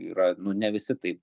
yra nu ne visi taip